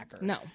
No